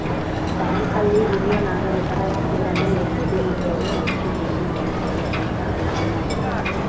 ಬ್ಯಾಂಕಲ್ಲಿ ಹಿರಿಯ ನಾಗರಿಕರ ಹೆಸರಿನಲ್ಲಿ ಎಫ್.ಡಿ ಇಟ್ಟರೆ ಹೆಚ್ಚು ಬಡ್ಡಿ ಬರುತ್ತದೆ ಅಂತ ತಿಮ್ಮಣ್ಣ ಹೇಳಿದ